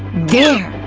there!